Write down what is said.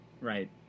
right